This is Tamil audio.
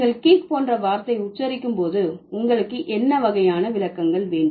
நீங்கள் கீக் போன்ற வார்த்தை உச்சரிக்கும் போது உங்களுக்கு என்ன வகையான விளக்கங்கள் வேண்டும்